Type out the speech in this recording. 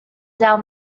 down